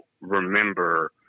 remember